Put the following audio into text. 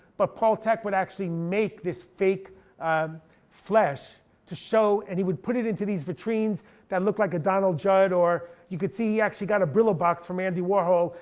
but paul thek would actually make this fake flesh to show, and he would put it into these vitrines that look like a donald judd. or you could see he actually got a brillo box from andy warhol,